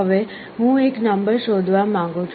હવે હું એક નંબર શોધવા માંગુ છું